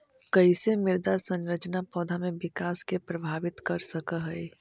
कईसे मृदा संरचना पौधा में विकास के प्रभावित कर सक हई?